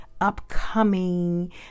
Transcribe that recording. upcoming